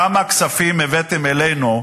כמה כספים הבאתם אלינו,